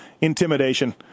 intimidation